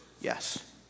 Yes